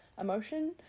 emotion